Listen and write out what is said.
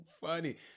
funny